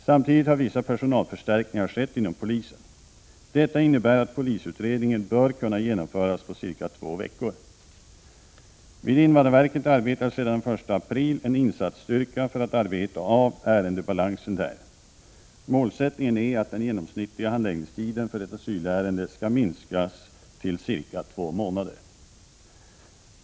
Samtidigt har vissa personalförstärkningar skett inom polisen. Detta innebär att polisutredningen bör kunna genomföras på cirka två veckor. Vid invandrarverket arbetar sedan den 1 april en insatsstyrka för att arbeta av ärendebalansen där. Målsättningen är att den genomsnittliga handläggningstiden för ett asylärende skall minskas till cirka två månader.